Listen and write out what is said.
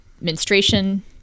Menstruation